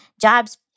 jobs